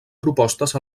propostes